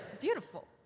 Beautiful